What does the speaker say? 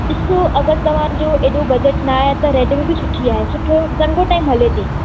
ॾिसो अगरि तव्हांजो हेॾो बजट न आहे त रेडमी बि सुठी आहे सुठो लम्बो टाइम हले थी